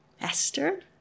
Esther